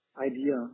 idea